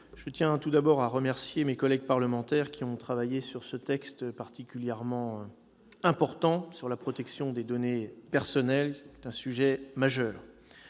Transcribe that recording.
je tiens tout d'abord à remercier mes collègues parlementaires qui ont travaillé sur ce texte particulièrement important sur la protection des données personnelles, sujet majeur.